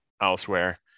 elsewhere